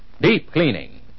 Deep-cleaning